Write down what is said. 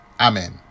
amen